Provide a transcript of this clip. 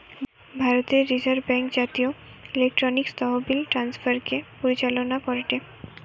ভারতের reserve bank জাতীয় electronic তহবিল ট্রান্সফার কে পরিচালনা করেটে